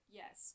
yes